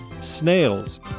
Snails